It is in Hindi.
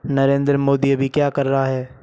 नरेंद्र मोदी अभी क्या कर रहा है